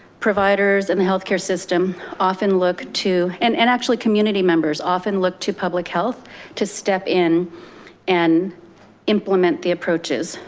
providers and the healthcare system often look to, and and actually community members often look to public health to step in and implement the approaches.